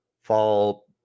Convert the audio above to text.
Fall